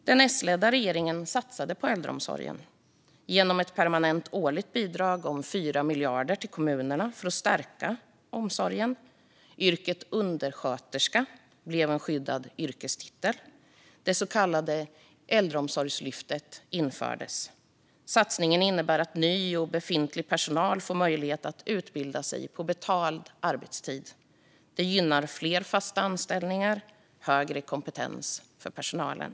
Den S-ledda regeringen satsade på äldreomsorgen genom ett permanent årligt bidrag på 4 miljarder kronor till kommunerna för att stärka äldreomsorgen. Undersköterska blev en skyddad yrkestitel. Det så kallade Äldreomsorgslyftet infördes. Satsningen innebär att ny och befintlig personal får möjlighet att utbilda sig på betald arbetstid. Det gynnar fler fasta anställningar och högre kompetens hos personalen.